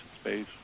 space